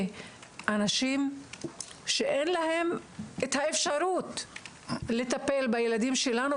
אנשים שאין להם האפשרות לטפל בילדים שלנו,